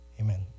Amen